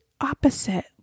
Opposite